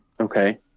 Okay